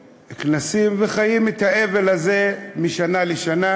לכנסים, וחיים את האבל הזה משנה לשנה,